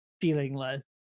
feelingless